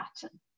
pattern